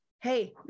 hey